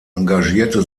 engagierte